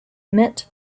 meant